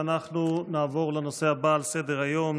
ואנחנו נעבור לנושא הבא על סדר-היום,